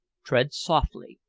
tread softly.